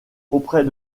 auprès